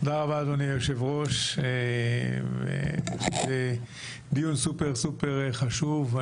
אדוני היושב-ראש, דיון סופר חשוב.